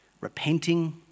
repenting